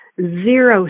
zero